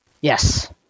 Yes